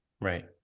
right